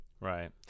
Right